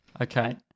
Okay